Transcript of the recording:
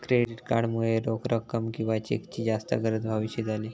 credit card मुळे रोख रक्कम किंवा चेकची जास्त गरज न्हाहीशी झाली